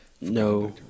No